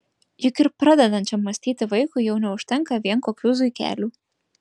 juk ir pradedančiam mąstyti vaikui jau neužtenka vien kokių zuikelių